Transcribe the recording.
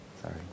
Sorry